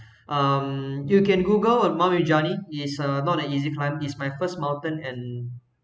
um you can google um mount rinjani it's a not an easy climb it's my first mountain and